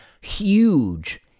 huge